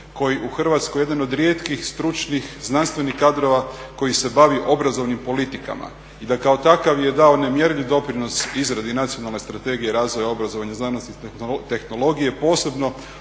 koji u Hrvatskoj jedan od rijetkih stručnih, znanstvenih kadrova koji se bavi obrazovnim politikama i da kao takav je dao nemjerljiv doprinos izradi Nacionalne strategije razvoja obrazovanja, znanosti i tehnologije posebno